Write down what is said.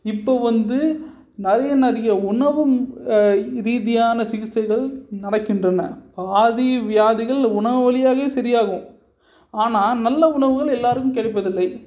இப்போது வந்து நிறைய நிறைய உணவு ரீதியான சிகிச்சைகள் நடக்கின்றன பாதி வியாதிகள் உணவு வழியாகவே சரியாகும் ஆனால் நல்ல உணவுகள் எல்லாருக்கும் கிடைப்பது இல்லை